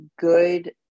good